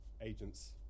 agents